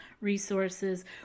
resources